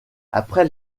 après